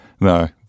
No